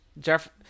Jeff